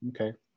Okay